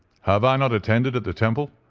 have i not attended at the temple?